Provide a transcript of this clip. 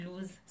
lose